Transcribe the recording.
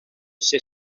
ser